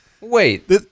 Wait